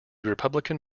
republican